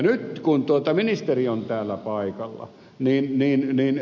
nyt kun ministeri on täällä paikalla ed